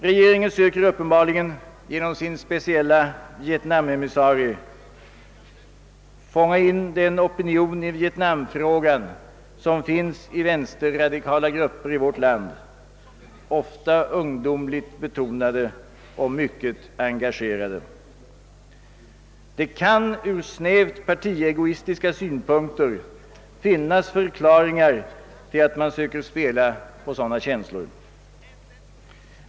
Regeringen söker uppenbarligen genom sin Sspecielle vietnamemissarie fånga in den opinion i vietnamfrågan som finns i vänsterradikala grupper i vårt land, ofta ungdomligt betonade och mycket engagerade. Det kan ur snävt partiegoistiska synpunkter finnas förklaringar till att man försöker spela på dessa känslor.